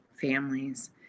families